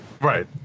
right